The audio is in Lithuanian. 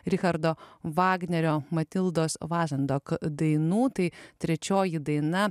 richardo vagnerio matildos vazendok dainų tai trečioji daina